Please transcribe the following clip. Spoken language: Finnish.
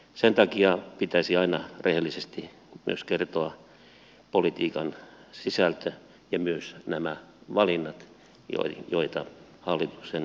sen takia pitäisi aina rehellisesti myös kertoa politiikan sisältö ja myös nämä valinnat joita hallituksen pääpuolue kokoomus on ollut johtamassa